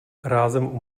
rázem